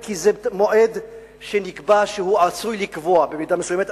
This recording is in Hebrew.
כי זה מועד שנקבע, שעשוי לקבוע במידה מסוימת.